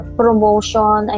promotion